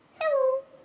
Hello